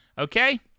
Okay